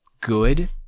good